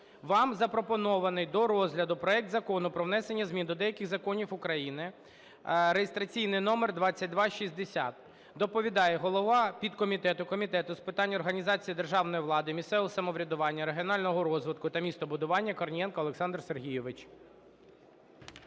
Вам запропонований до розгляду проект Закону про внесення змін до деяких законів України (реєстраційний номер 2260). Доповідає голова підкомітету Комітету з питань організації державної влади, місцевого самоврядування, регіонального розвитку та містобудування Корнієнко Олександр Сергійович.